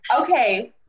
okay